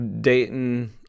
Dayton